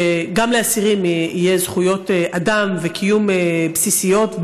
שגם לאסירים יהיו זכויות אדם וזכויות קיום בסיסיות,